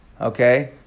Okay